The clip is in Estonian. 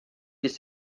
siis